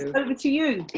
um over to you.